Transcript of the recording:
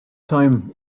time